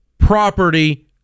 property